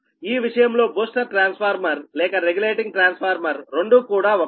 ఈ విషయంలో booster transformer లేక రెగ్యులేటింగ్ ట్రాన్స్ఫార్మర్ రెండూ కూడా ఒకటే